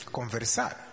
conversar